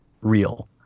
real